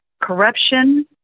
corruption